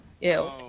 Ew